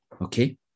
Okay